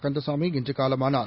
Kandasamy இன்றுகாலமானார்